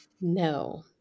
No